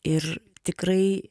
ir tikrai